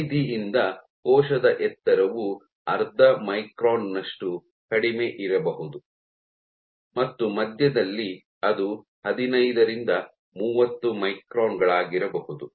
ಪರಿಧಿಯಿಂದ ಕೋಶದ ಎತ್ತರವು ಅರ್ಧ ಮೈಕ್ರಾನ್ ನಷ್ಟು ಕಡಿಮೆಯಿರಬಹುದು ಮತ್ತು ಮಧ್ಯದಲ್ಲಿ ಅದು ಹದಿನೈದರಿಂದ ಮೂವತ್ತು ಮೈಕ್ರಾನ್ ಗಳಾಗಿರಬಹುದು